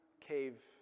cave